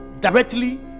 directly